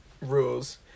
rules